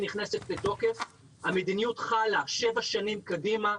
נכנסת לתוקף והמדיניות חלה שבע שנים קדימה.